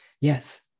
Yes